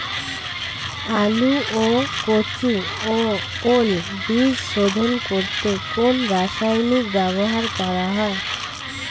আলু ও কচু ও ওল বীজ শোধন করতে কোন রাসায়নিক ব্যবহার করা হয়?